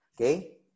Okay